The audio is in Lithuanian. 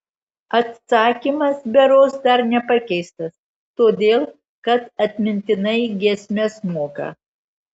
atsakymas berods dar nepakeistas todėl kad atmintinai giesmes moka